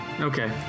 Okay